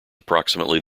approximately